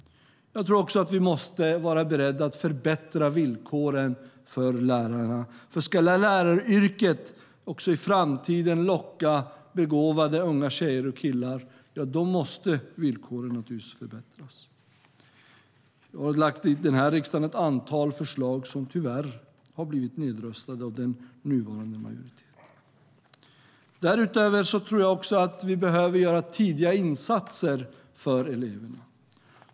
Jag tror att vi måste vara beredda att förbättra villkoren för lärarna. Ska läraryrket också i framtiden locka begåvade unga tjejer och killar måste villkoren naturligtvis förbättras. Jag har under detta riksmöte lagt fram ett antal förslag som tyvärr har blivit nedröstade av den nuvarande majoriteten. Därutöver tror jag att vi behöver göra tidiga insatser för eleverna.